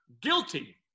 guilty